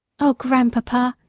oh, grandpapa,